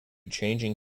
changing